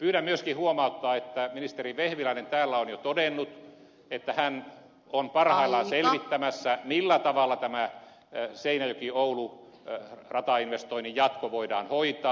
pyydän myöskin huomauttaa että ministeri vehviläinen täällä on jo todennut että hän on parhaillaan selvittämässä millä tavalla tämä seinäjokioulu ratainvestoinnin jatko voidaan hoitaa